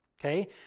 Okay